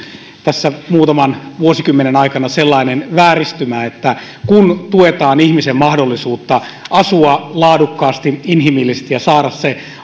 tässä muutaman vuosikymmenen aikana sellainen vääristymä että kun tuetaan ihmisen mahdollisuutta asua laadukkaasti ja inhimillisesti ja saada se